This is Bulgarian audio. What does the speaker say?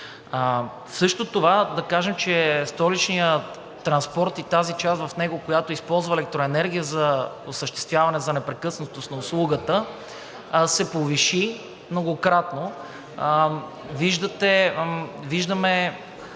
Също това да кажем, че Столичният транспорт и тази част в него, която използва електроенергия за осъществяване на непрекъснатост на услугата, се повиши многократно. Надявам